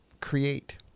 create